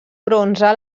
bronze